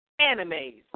animes